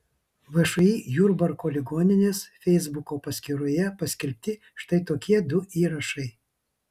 všį jurbarko ligoninės feisbuko paskyroje paskelbti štai tokie du įrašai